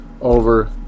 over